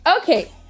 Okay